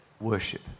worship